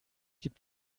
gibt